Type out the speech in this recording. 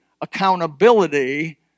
accountability